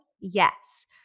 Yes